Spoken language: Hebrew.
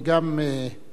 היא גם מתייחסת.